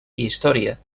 història